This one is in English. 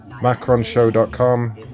macronshow.com